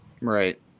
Right